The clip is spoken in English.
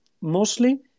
mostly